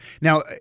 Now